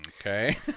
okay